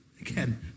again